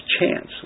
chance